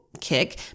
kick